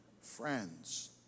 friends